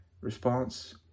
response